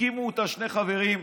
הקימו אותה שני חברים,